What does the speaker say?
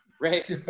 Right